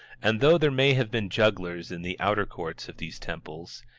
and though there may have been jugglers in the outer courts of these temples,